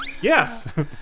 Yes